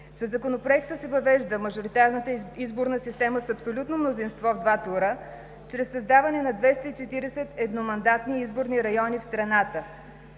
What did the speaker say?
Със Законопроекта се въвежда мажоритарната изборна система с абсолютно мнозинство в два тура чрез създаване на 240 едномандатни изборни района в страната.